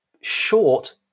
Short